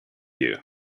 you